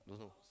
don't know